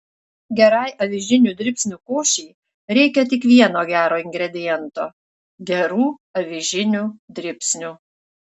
gerai avižinių dribsnių košei reikia tik vieno gero ingrediento gerų avižinių dribsnių